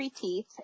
Teeth